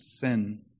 sin